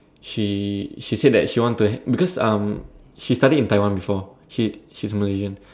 she she said that she want to hang because um she studied in Taiwan before she she's a Malaysian